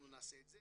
אנחנו נעשה את זה.